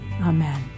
Amen